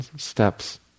steps